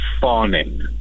fawning